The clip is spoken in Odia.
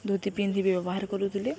ଧୂତି ପିନ୍ଧି ବ୍ୟବହାର କରୁଥିଲେ